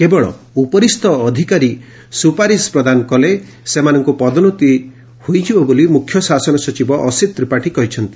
କେବଳ ଉପରିସ୍ ଅଧିକାରୀ ସୁପାରିସ ପ୍ରଦାନ କଲେ ସେମାନଙ୍ଙ ପଦୋନ୍ନତି ହୋଇଯିବ ବୋଲି ମୁଖ୍ୟ ଶାସନ ସଚିବ ଅସିତ୍ ତ୍ରିପାଠୀ କହିଛନ୍ତି